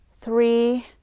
Three